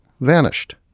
vanished